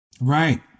Right